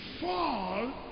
fall